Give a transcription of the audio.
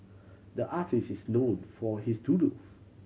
the artist is known for his doodles